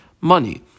money